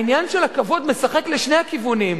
העניין של הכבוד משחק לשני הכיוונים: